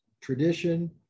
tradition